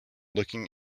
looking